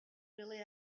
really